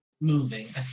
moving